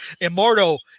immortal